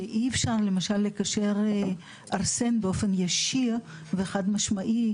שאי אפשר למשל לקשר ארסן באופן ישיר וחד משמעי